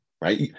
right